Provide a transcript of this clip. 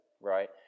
Right